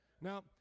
Now